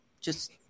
just-